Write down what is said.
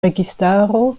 registaro